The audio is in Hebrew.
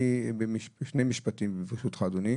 שני משפטים, ברשותך, אדוני.